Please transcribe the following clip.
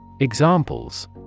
Examples